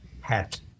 hat